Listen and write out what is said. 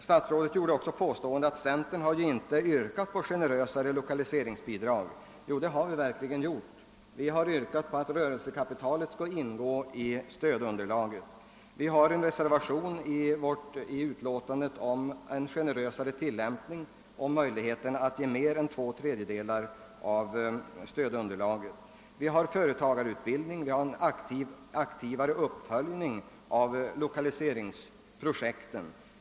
Statsrådet påstod också att centern inte har yrkat på generösare lokaliseringsbidrag. Jo, det har vi verkligen gjort. Vi har yrkat på att rörelsekapital skall inräknas i stödunderlaget. Vi har en reservation om generösare tillämpning med möjlighet att ge mer än två tredjedelar av stödunderlaget. Vi har föreslagit företagarutbildning och en aktivare uppföljning av lokaliseringsprojekten.